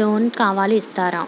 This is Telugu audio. లోన్ కావాలి ఇస్తారా?